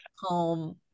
home